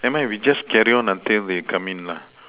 never mind we just carry on until they come in lah